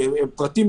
יפה.